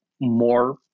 more